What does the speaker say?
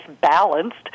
balanced